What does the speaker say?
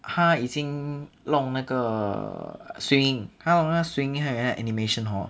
他已经能那个 swinging 他能那个 swinging 还有 animation hor